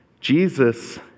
Jesus